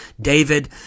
David